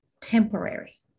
temporary